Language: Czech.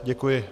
Děkuji.